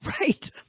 Right